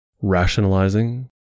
rationalizing